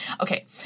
Okay